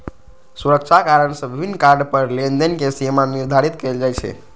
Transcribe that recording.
सुरक्षा कारण सं विभिन्न कार्ड पर लेनदेन के सीमा निर्धारित कैल जाइ छै